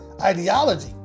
ideology